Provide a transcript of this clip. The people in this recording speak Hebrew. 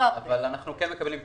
אבל אנחנו כן מקבלים פניות,